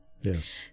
Yes